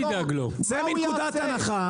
ומה הוא יעשה בשאר השנה?